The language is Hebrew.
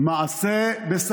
מעשה במה?